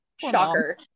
shocker